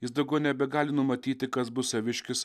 jis daugiau nebegali numatyti kas bus saviškis